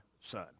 son